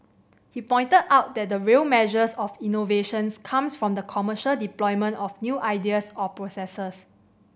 he pointed out that the real measures of innovations comes from the commercial deployment of new ideas or processes